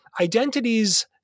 identities